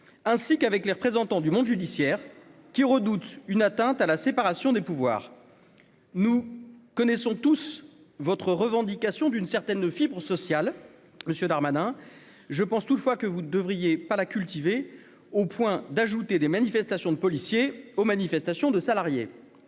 ainsi qu'avec les représentants du monde judiciaire qui redoutent une atteinte à la séparation des pouvoirs, nous connaissons tous votre revendication d'une certaine fibre sociale, monsieur Darmanin, je pense toutefois que vous ne devriez pas la cultiver au point d'ajouter des manifestations de policiers aux manifestations de salariés